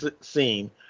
scene